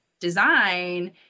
design